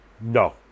No